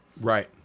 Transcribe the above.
Right